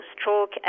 stroke